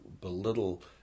belittle